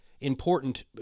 important